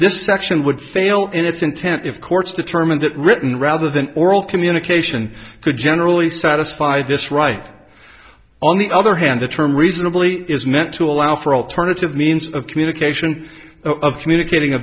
this action would fail in its intent if court's determined that written rather than oral communication could generally satisfy this right on the other hand the term reasonably is meant to allow for alternative means of communication or of communicating a